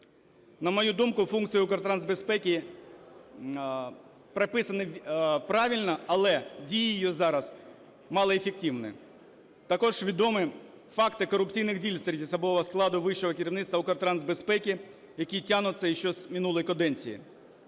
На мою думку, функції Укртрансбезпеки прописані правильно, але дії її зараз малоефективні. Також відомі факти корупційних дій серед особового складу вищого керівництва Укртрансбезпеки, які тягнуться ще з минулої каденції.